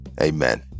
Amen